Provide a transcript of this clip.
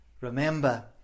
remember